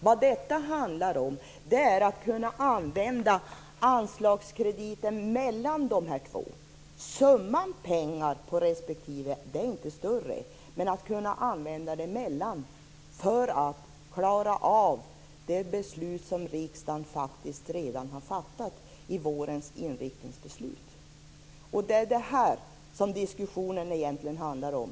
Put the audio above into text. Vad detta handlar om är att kunna använda anslagskrediten mellan de här två. Summan pengar på respektive anslag är inte större, men pengarna skall kunna användas mellan anslagen för att vi skall klara av de beslut som riksdagen redan har fattat i vårens inriktningsbeslut. Det är det här som diskussionen egentligen handlar om.